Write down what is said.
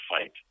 fight